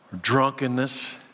drunkenness